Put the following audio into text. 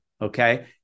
okay